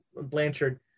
Blanchard